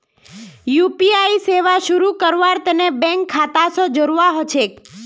UPI सेवा शुरू करवार तने बैंक खाता स जोड़वा ह छेक